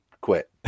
quit